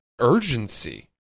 urgency